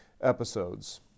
episodes